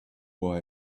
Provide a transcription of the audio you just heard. why